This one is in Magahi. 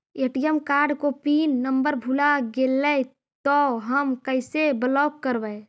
ए.टी.एम कार्ड को पिन नम्बर भुला गैले तौ हम कैसे ब्लॉक करवै?